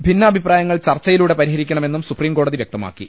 ഭിന്നാഭിപ്രായങ്ങൾ ചർച്ചയിലൂടെ പരിഹരിക്കണമെന്നും സുപ്രീംകോടതി വ്യക്തമാക്കി